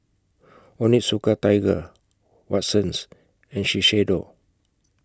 Onitsuka Tiger Watsons and Shiseido